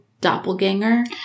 doppelganger